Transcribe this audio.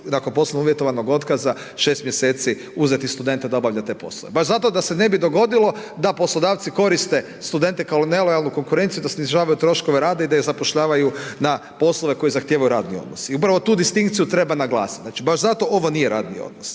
nakon poslovno uvjetovanog otkaza 6 mjeseci uzeti studenta da obavlja te poslove. Baš zato da se ne bi dogodilo da poslodavci koriste studente kao nelojalnu konkurenciju, da snižavaju troškove rada i da zapošljavaju na poslove koji zahtijevaju radni odnos. I upravo tu distinkciju treba naglasiti. Znači baš zato ovo nije radni odnos.